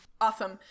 Awesome